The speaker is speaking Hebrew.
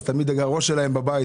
תמיד הראש שלהן בבית,